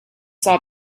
saw